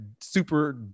super